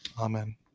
Amen